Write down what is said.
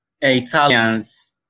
Italians